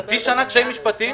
חצי שנה קשיים משפטיים?